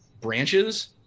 branches